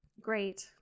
great